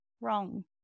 wrong